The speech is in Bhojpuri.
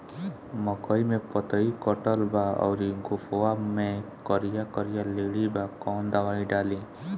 मकई में पतयी कटल बा अउरी गोफवा मैं करिया करिया लेढ़ी बा कवन दवाई डाली?